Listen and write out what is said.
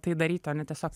tai daryti o ne tiesiog